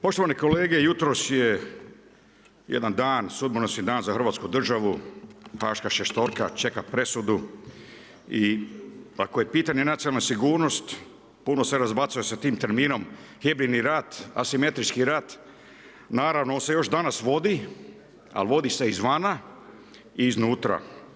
Poštovani kolege, jutros je jedan dan, sudbonosni dan za Hrvatsku državu, HAG-ška šestorka čeka presudu i ako je pitanje nacionalna sigurnost, puno se razbacuje s tim terminom, hibridni rad, a simetrički rad, naravno još se danas vodi, a vodi se iz vana i iz nutra.